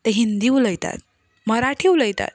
ते हिंदी उलयतात मराठी उलयतात